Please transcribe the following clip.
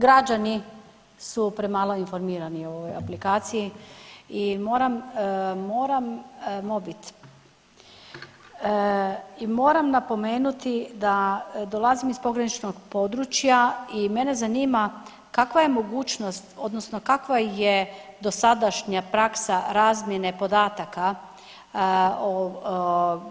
Građani su premalo informirani o ovoj aplikaciji i moram napomenuti da dolazim iz pograničnog područja i mene zanima kakva je mogućnost, odnosno kakva je dosadašnja praksa razmjene podataka o